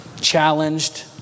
challenged